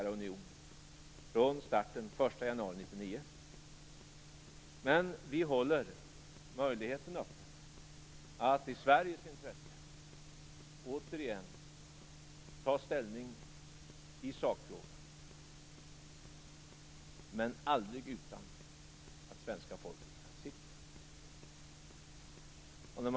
Men vi håller möjligheten öppen att i Sveriges intresse igen ta ställning i sakfrågan, men aldrig utan att svenska folket har sagt sitt.